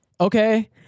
okay